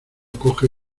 coge